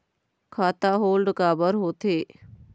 खाता होल्ड काबर होथे?